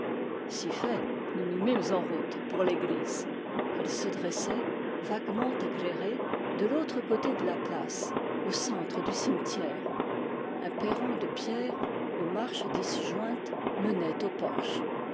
si fait nous nous mîmes en route pour l'église elle se dressait vaguement éclairée de l'autre côté de la place au centre du cimetière un perron de pierre aux marches disjointes menait au porche